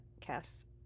cast